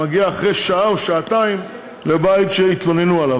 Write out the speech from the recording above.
שמגיעה אחרי שעה או שעתיים לבית שהתלוננו עליו.